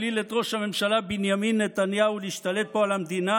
להפליל את ראש הממשלה בנימין נתניהו ולהשתלט פה על המדינה,